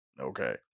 Okay